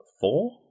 Four